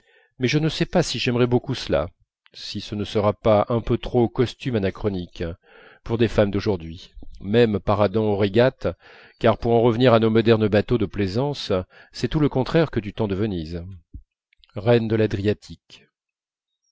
mais je ne sais pas si j'aimerai beaucoup cela si ce ne sera pas un peu trop costume anachronique pour des femmes d'aujourd'hui même paradant aux régates car pour en revenir à nos bateaux modernes de plaisance c'est tout le contraire que du temps de venise reine de l'adriatique